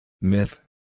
Myth